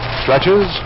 Stretches